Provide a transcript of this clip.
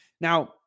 Now